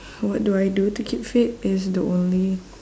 what do I do to keep fit is the only